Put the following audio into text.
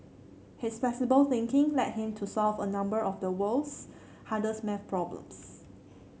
his flexible thinking led him to solve a number of the world's hardest maths problems